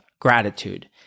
gratitude